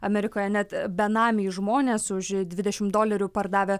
amerikoje net benamiai žmonės už dvidešimt dolerių pardavę